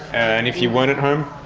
and if you weren't at home?